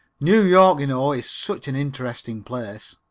new york, you know, is such an interesting place.